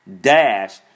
Dash